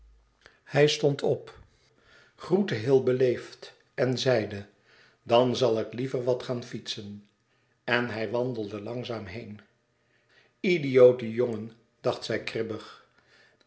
hij stond op groette heel beleefd en zeide dan zal ik liever wat gaan fietsen en hij wandelde langzaam heen idiote jongen dacht zij kribbig